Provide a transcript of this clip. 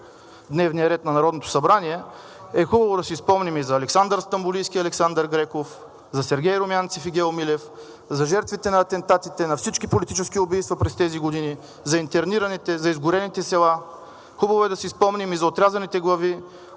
дневния ред на Народното събрание, е хубаво да си спомним и за Александър Стамболийски и Александър Греков, за Сергей Румянцев и Гео Милев, за жертвите на атентатите, на всички политически убийства през тези години, за интернираните, за изгорените села, хубаво е да си спомним и за отрязаните глави